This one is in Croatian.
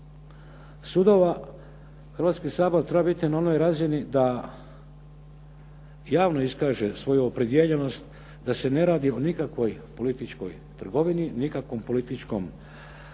sudova, Hrvatski sabor treba biti na onoj razini da javno iskaže svoju opredijeljenost da se ne radi o nikakvoj političkoj trgovini, nikakvom političkom nečemu